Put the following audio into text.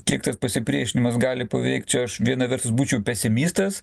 kiek tas pasipriešinimas gali paveikt čia viena vertus būčiau pesimistas